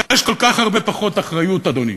יש כל כך הרבה פחות אחריות, אדוני.